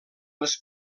les